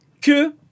que